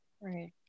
Right